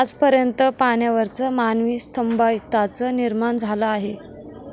आज पर्यंत पाण्यावरच मानवी सभ्यतांचा निर्माण झाला आहे